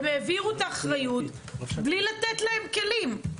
הם העבירו את האחריות בלי לתת להם כלים,